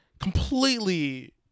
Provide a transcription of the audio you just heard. completely